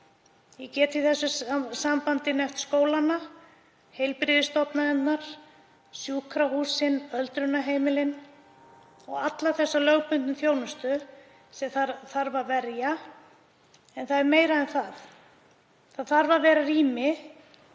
Ég get í því sambandi nefnt skólana, heilbrigðisstofnanirnar, sjúkrahúsin, öldrunarheimilin og alla þá lögbundnu þjónustu sem þarf að verja. En það er meira en það. Það þarf að vera rými